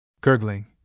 Gurgling